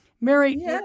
Mary